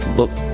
look